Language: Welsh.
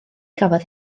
gafodd